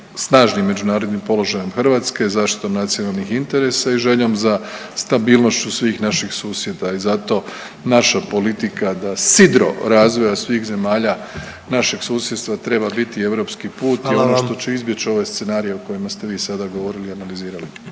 snažnim međunarodnim položajem Hrvatske zaštitom nacionalnih interesa i željom za stabilnošću svih naših susjeda i zato naša politika da sidro razvoja svih zemalja našeg susjedstva treba biti europski put…/Upadica predsjednik: Hvala vam/…i ono što će izbjeć ove scenarije o kojima ste vi sada govorili i analizirali.